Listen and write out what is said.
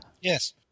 Yes